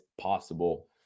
possible